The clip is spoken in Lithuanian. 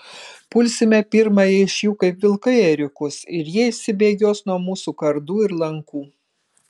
pulsime pirmąją iš jų kaip vilkai ėriukus ir jie išsibėgios nuo mūsų kardų ir lankų